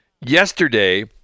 Yesterday